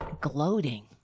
Gloating